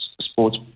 sports